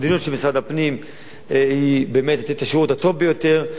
המדיניות של משרד הפנים היא באמת לתת את השירות הטוב ביותר,